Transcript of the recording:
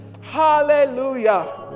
Hallelujah